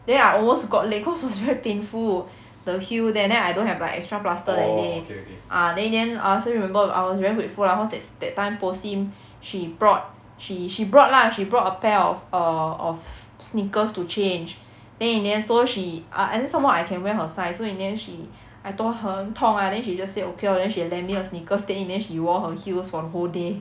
then I almost got late cause was very painful the heel there then I don't have like extra plaster that day then in the end I also remember I was very grateful lah cause that that time poh sim she brought she she brought lah she brought a pair of err of sneakers to change then in the end so she ah and then some more I can wear her size so in the end she I told her 很痛 ah then she just say okay lor then she lend me her sneakers then in the end she wore her heels for the whole day